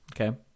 Okay